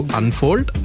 unfold